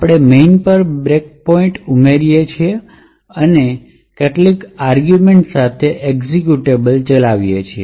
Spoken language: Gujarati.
આપણે મેઇન પર બ્રેકપોઇન્ટ શામેલ કરીએ છીએ અને કેટલાક આર્ગિવમેન્ટ સાથે એક્ઝેક્યુટેબલ ચલાવીએ છીએ